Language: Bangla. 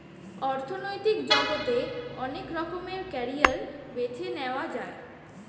অর্থনৈতিক জগতে অনেক রকমের ক্যারিয়ার বেছে নেয়া যায়